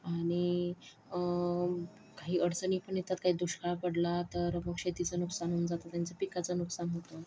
आणि काही अडचणी पण येतात काही दुष्काळ पडला तर मग शेतीचं नुकसान होऊन जातं त्यांचं पिकाचं नुकसान होतं